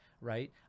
right